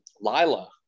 lila